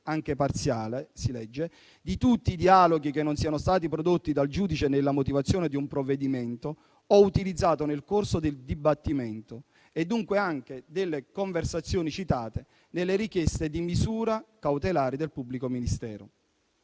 anche parziale, di tutti i dialoghi che non siano stati prodotti dal giudice nella motivazione di un provvedimento o utilizzati nel corso del dibattimento e dunque anche delle conversazioni citate nelle richieste di misura cautelare del pubblico ministero.